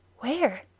where?